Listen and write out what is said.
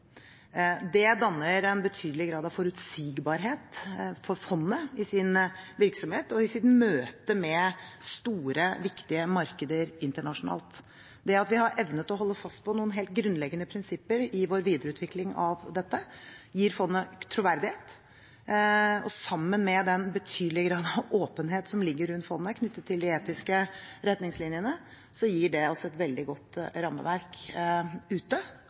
Det danner en betydelig grad av forutsigbarhet for fondet i dets virksomhet og i dets møte med store, viktige markeder internasjonalt. Det at vi har evnet å holde fast på noen helt grunnleggende prinsipper i vår videreutvikling av dette, gir fondet troverdighet, og sammen med den betydelige grad av åpenhet som ligger rundt fondet knyttet til de etiske retningslinjene, gir det også et veldig godt rammeverk ute,